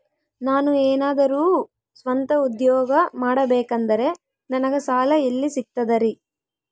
ನಾನು ಏನಾದರೂ ಸ್ವಂತ ಉದ್ಯೋಗ ಮಾಡಬೇಕಂದರೆ ನನಗ ಸಾಲ ಎಲ್ಲಿ ಸಿಗ್ತದರಿ?